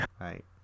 Right